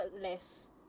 less